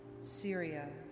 Syria